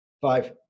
Five